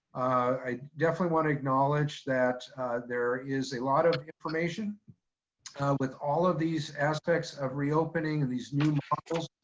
i definitely wanna acknowledge that there is a lot of information with all of these aspects of reopening, these new modules.